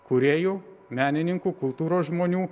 kūrėjų menininkų kultūros žmonių